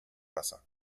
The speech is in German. wasser